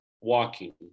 walking